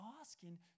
asking